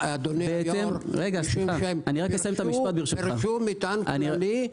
על מטען כללי-